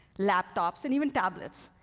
laptops, and even tablets.